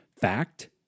Fact